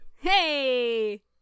Hey